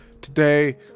Today